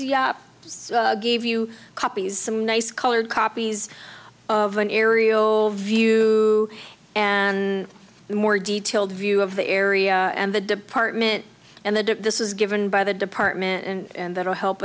ms gave you copies some nice colored copies of an aerial view and the more detailed view of the area and the department and the dept this is given by the department and that will help